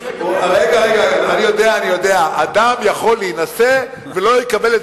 אדם יכול להינשא, לא יקבל, אני יודע, אני יודע.